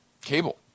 cable